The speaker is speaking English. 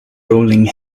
rolling